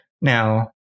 Now